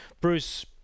Bruce